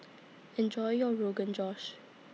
Enjoy your Rogan Josh